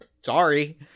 sorry